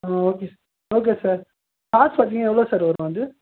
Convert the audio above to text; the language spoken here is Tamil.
ஆ ஓகே சார் ஓகே சார் காசு பார்த்தீங்கனா எவ்வளோ சார் வரும் அது